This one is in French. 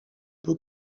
peu